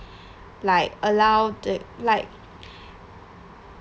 like allow the like